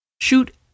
Shoot